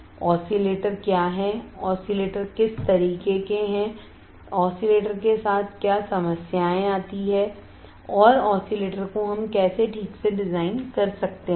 oscillator क्या हैं oscillator किस तरह के हैं ऑसिलेटर के साथ क्या समस्याएँ आती हैं और ऑसिलेटर को हम कैसे ठीक से डिजाइन कर सकते हैं